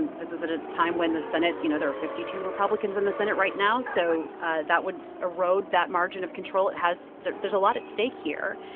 and this is at a time when the senate you know, there are fifty two republicans in the senate right now, so ah that would erode that margin of control. it has there's there's a lot at stake here.